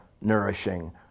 nourishing